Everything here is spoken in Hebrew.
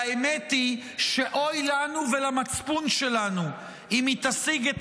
והאמת היא שאוי לנו ולמצפון שלנו אם היא תשיג את